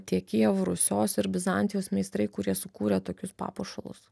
tie kijevo rusios ir bizantijos meistrai kurie sukūrė tokius papuošalus